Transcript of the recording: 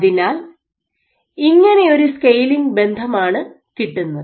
അതിനാൽ ഇങ്ങനെയൊരു സ്കെയിലിംഗ് ബന്ധമാണ് കിട്ടുന്നത്